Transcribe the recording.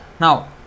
Now